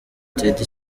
ted